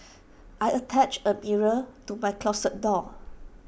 I attached A mirror to my closet door